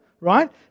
Right